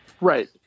right